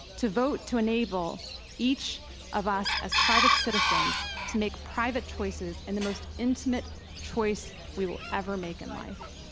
to vote to enable each of us as private citizens to make private choices and the most intimate choice we will ever make in life,